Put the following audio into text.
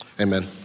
amen